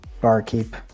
barkeep